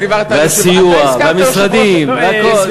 אתה דיברת על, והסיוע והמשרדים והכול.